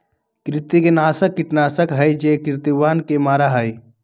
कृंतकनाशक कीटनाशक हई जो कृन्तकवन के मारा हई